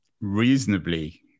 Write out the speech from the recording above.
reasonably